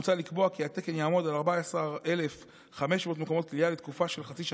מוצע לקבוע כי התקן יעמוד על 14,500 מקומות כליאה לתקופה של חצי שנה,